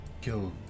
Kill